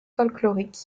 folklorique